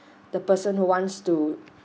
the person who wants to